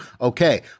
okay